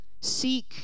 Seek